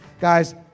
Guys